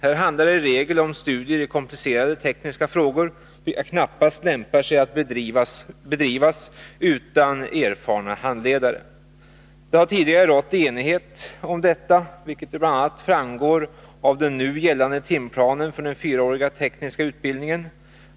Här handlar det i regel om studier i komplicerade tekniska frågor, vilka knappast lämpar sig att bedriva utan erfarna handledare. Det har tidigare rått enighet om detta, vilket bl.a. framgår av den nu gällande timplanen för den fyraåriga tekniska utbildning en.